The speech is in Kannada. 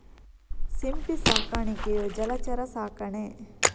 ಸಿಂಪಿ ಸಾಕಾಣಿಕೆಯು ಜಲಚರ ಸಾಕಣೆ